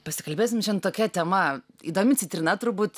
pasikalbėsim šian tokia tema įdomi citrina turbūt